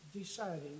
deciding